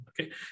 okay